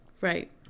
right